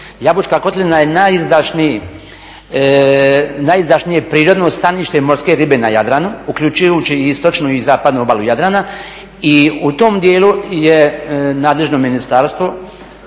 Jabučka kotlina je najizdašnije prirodno stanište morske ribe na Jadranu uključujući i istočnu i zapadnu obalu Jadrana i u tom dijelu je nadležno ministarstvo.